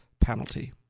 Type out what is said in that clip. penalty